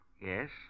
Yes